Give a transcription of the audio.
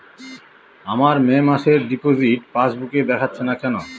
আমার মে মাসের ডিপোজিট পাসবুকে দেখাচ্ছে না কেন?